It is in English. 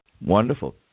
Wonderful